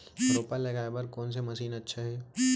रोपा लगाय बर कोन से मशीन अच्छा हे?